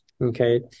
Okay